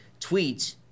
tweets